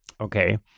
okay